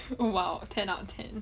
!wow! ten out of ten